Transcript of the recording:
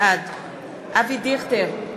בעד אבי דיכטר,